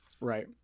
Right